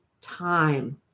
time